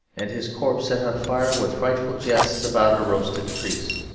and his corpse set on fire with frightful jests about a roasted priest.